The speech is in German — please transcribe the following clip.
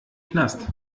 knast